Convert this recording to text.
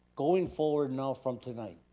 going forward now from tonight.